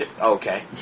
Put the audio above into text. Okay